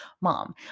mom